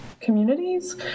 communities